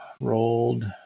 rolled